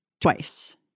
twice